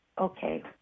Okay